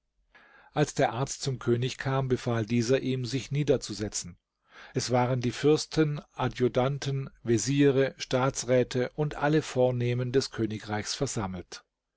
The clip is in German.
als der arzt zum könig kam befahl dieser ihm sich niederzusetzen es waren die fürsten adjutanten veziere staatsräte und alle vornehmen des königreichs versammelt